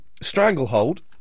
stranglehold